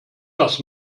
das